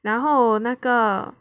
然后那个